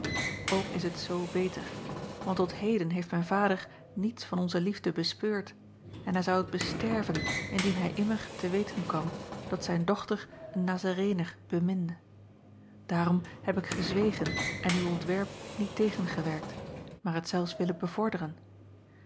ok is het z beter want tot heden heeft mijn vader niets van onze liefde bespeurd en hij zou het besterven indien hij immer te weten kwam dat zijn dochter een azarener beminde aarom heb ik gezwegen en uw ontwerp niet tegengewerkt maar het zelfs willen bevorderen